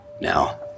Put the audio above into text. Now